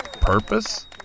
Purpose